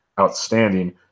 outstanding